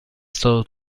stato